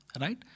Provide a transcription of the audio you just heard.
right